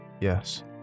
Yes